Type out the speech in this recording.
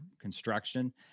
construction